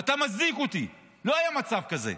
ואתה מצדיק אותי, לא היה מצב כזה.